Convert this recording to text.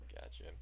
Gotcha